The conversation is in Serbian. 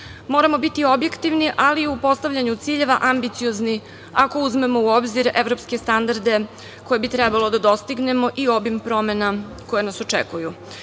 moramo biti objektivni, ali i u postavljanju ciljeva ambiciozni, ako uzmemo u obzir evropske standarde koje bi trebalo da dostignemo i obim promena koje nas očekuju.